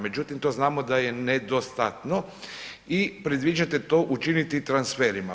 Međutim, to znamo da je nedostatno i predviđate to učiniti transferima.